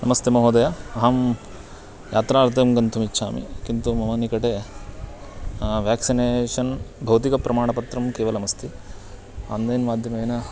नमस्ते महोदय अहं यात्रार्थं गन्तुमिच्छामि किन्तु मम निकटे व्याक्सिनेषन् भौतिकप्रमाणपत्रं केवलमस्ति आन्लैन् माध्यमेन